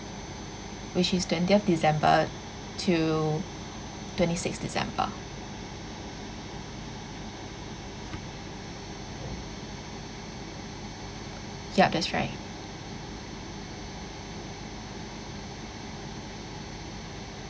which is twentieth december to twenty sixth december yup that's right